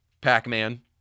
Pac-Man